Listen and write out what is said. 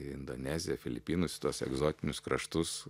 į indoneziją filipinus į tuos egzotinius kraštus